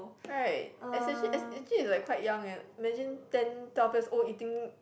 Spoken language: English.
right especially actually it's like quite young eh imagine ten twelve years old eating